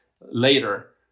Later